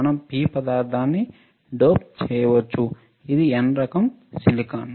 మనం P పదార్థ రకాన్ని డోప్ చేయవచ్చు ఇది N రకం సిలికాన్